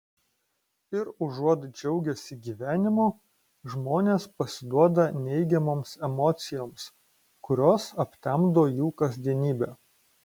ir užuot džiaugęsi gyvenimu žmonės pasiduoda neigiamoms emocijoms kurios aptemdo jų kasdienybę